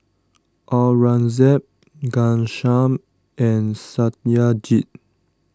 Aurangzeb Ghanshyam and Satyajit